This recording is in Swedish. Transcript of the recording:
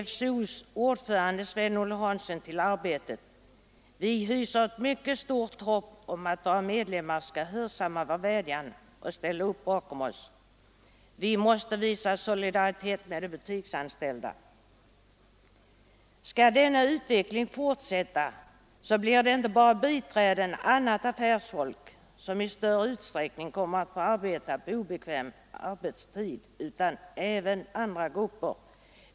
——— FCO':s ordförande Sven-Olle Hansson till Arbetet: Vi hyser ett mycket stort hopp om att våra medlemmar skall hörsamma vår vädjan och ställa upp bakom oss. ——— Vi måste visa solidaritet med de butiksanställda. Skall denna utveckling fortsätta så blir det inte bara biträden och annat affärsfolk, som i större utsträckning kommer att få arbeta på obekväm tid, utan också andra grupper.